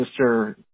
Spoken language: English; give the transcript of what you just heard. Mr